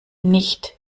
nicht